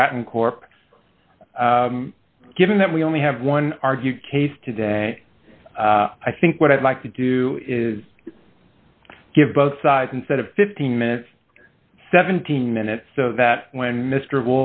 stratton corp given that we only have one argued case today i think what i'd like to do is give both sides instead of fifteen minutes seventeen minutes so that when mr